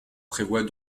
prévoit